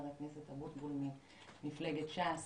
לחבר הכנסת אבוטבול ממפלגת ש"ס.